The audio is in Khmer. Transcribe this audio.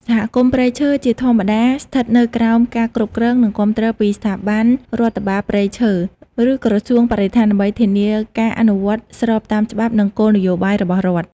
សហគមន៍ព្រៃឈើជាធម្មតាស្ថិតនៅក្រោមការគ្រប់គ្រង និងគាំទ្រពីស្ថាប័នរដ្ឋបាលព្រៃឈើ ឬក្រសួងបរិស្ថាន ដើម្បីធានាការអនុវត្តស្របតាមច្បាប់ និងគោលនយោបាយរបស់រដ្ឋ។